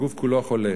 הגוף כולו חולה,